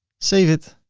save it.